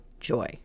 Joy